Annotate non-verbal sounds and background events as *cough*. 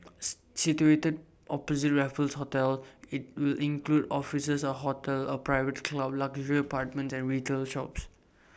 *noise* *unintelligible* situated opposite Raffles hotel IT will include offices A hotel A private club luxury apartments and retail shops